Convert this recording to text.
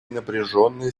напряженной